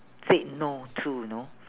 said no to you know